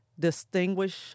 distinguish